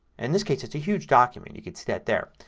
and this case it's a huge document. you can see that there.